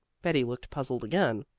betty looked puzzled again.